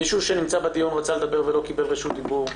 מישהו שנמצא בדיון רצה לדבר ולא קיבל רשות דיבור?